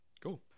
Cool